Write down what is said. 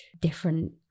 different